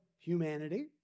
Humanity